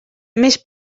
més